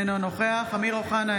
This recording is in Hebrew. אינו נוכח אמיר אוחנה,